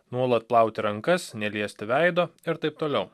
nuolat plauti rankas neliesti veido ir taip toliau